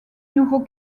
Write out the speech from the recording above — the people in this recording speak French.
nouveau